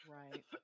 right